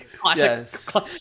classic